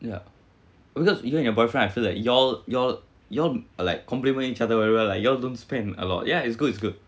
ya because you and your boyfriend I feel like you all you all you all like complement each other whatever like you all don't spend a lot ya it's good it's good